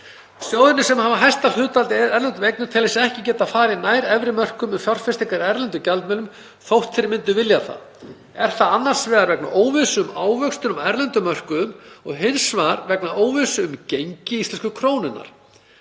„Sjóðirnir sem hafa hæsta hlutdeild erlendra eigna telja sig ekki geta farið nær efri mörkum um fjárfestingar í erlendum gjaldmiðlum þótt þeir myndu vilja það. Er það annars vegar vegna óvissu um ávöxtun á erlendum mörkuðum og hins vegar vegna óvissu um gengi íslensku krónunnar,